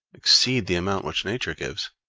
exceed the amount which nature gives,